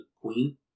Queen